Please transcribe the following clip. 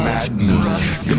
Madness